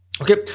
Okay